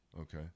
Okay